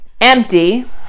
empty